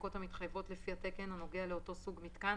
הבדיקות המתחייבות לפי התקן הנוגע לאותו סוג מיתקן,